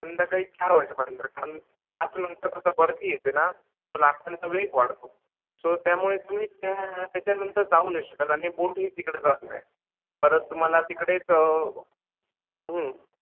संध्याकाळी चार वाजेपर्यंत कारण पाचनंतर कसं भरती येते ना तो लाटांचा वेग वाढतो सो त्यामुळे तुम्ही त्या त्याच्यानंतर जाऊ नाही शकत आणि बोटही तिकडे जात नाही परत तुम्हाला तिकडेच